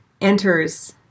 enters